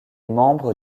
membre